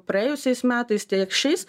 praėjusiais metais tiek šiais